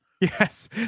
Yes